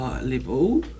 level